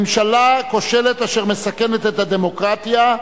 ממשלה כושלת אשר מסכנת את הדמוקרטיה,